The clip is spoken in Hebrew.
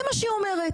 זה מה שהיא אומרת.